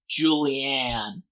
Julianne